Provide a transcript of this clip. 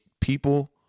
people